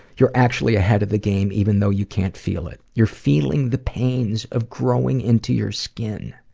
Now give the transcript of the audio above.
you're actually ahead of the game, even though you can't feel it. you're feeling the pains of growing into your skin.